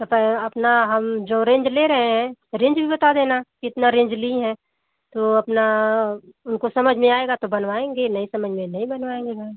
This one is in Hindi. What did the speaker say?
बताया अपना हम जो रेंज ले रहे हैं रेंज भी बता देना कि इतना रेंज ली हैं तो अपना उनको समझ में आएगा तो बनवाएँगे नहीं समझ में आए नहीं बनवाएँगे भई